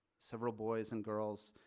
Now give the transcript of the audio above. several boys and girls.